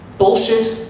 bullshit,